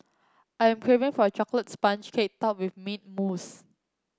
I am craving for a chocolate sponge cake top with mint mousse